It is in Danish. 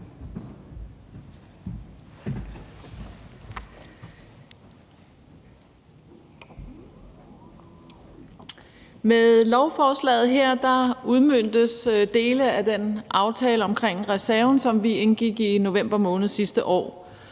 Med lovforslaget her udmøntes dele af den aftale omkring reserven, som vi indgik i november måned sidste år.